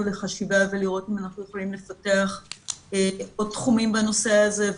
ולחשיבה ולראות אם אנחנו יכולים לפתח עוד תחומים בנושא הזה.